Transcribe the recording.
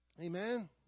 amen